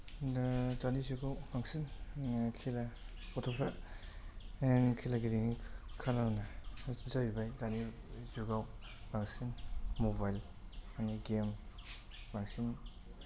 दा दानि जुगाव बांसिन खेला गथ'फ्रा खेला गेलेनाय खार'ना जाहैबाय दानि जुगाव बांसिन मबाइलनि गेम बांसिन